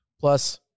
Plus